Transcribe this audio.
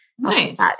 Nice